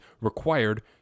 required